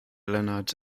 lennart